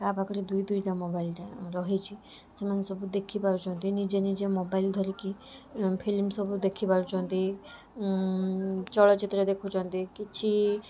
କାହା ପାଖରେ ଦୁଇ ଦୁଇଟା ମୋବାଇଲ ଥାଏ ରହିଛି ସେମାନେ ସବୁ ଦେଖିପାରୁଛନ୍ତି ନିଜେ ନିଜେ ମୋବାଇଲ ଧରିକି ଫିଲ୍ମ ସବୁ ଦେଖିପାରୁଛନ୍ତି ଚଳଚ୍ଚିତ୍ର ଦେଖୁଛନ୍ତି କିଛି